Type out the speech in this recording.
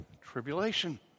tribulation